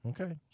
Okay